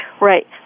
right